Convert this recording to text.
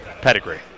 pedigree